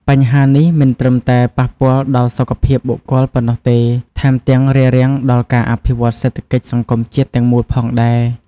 បញ្ហានេះមិនត្រឹមតែប៉ះពាល់ដល់សុខភាពបុគ្គលប៉ុណ្ណោះទេ ថែមទាំងរារាំងដល់ការអភិវឌ្ឍសេដ្ឋកិច្ចសង្គមជាតិទាំងមូលផងដែរ។